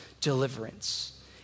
deliverance